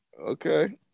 Okay